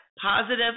positive